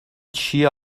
چیه